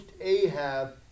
Ahab